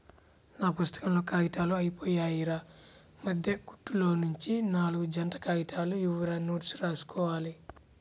నా పుత్తకంలో కాగితాలు అయ్యిపొయ్యాయిరా, మద్దె కుట్టులోనుంచి నాల్గు జంట కాగితాలు ఇవ్వురా నోట్సు రాసుకోవాలి